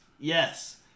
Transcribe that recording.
Yes